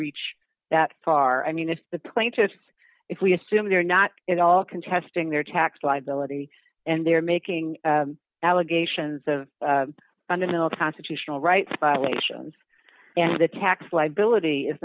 reach that far i mean if the plaintiffs if we assume they're not at all contesting their tax liability and they're making allegations of fundamental constitutional rights violations and the tax liability is